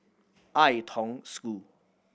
Ai Tong School